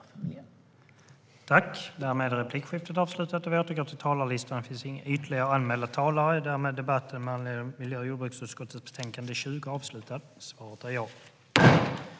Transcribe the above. Klimat och energi-målen - Kontroll-station 2015 m.m.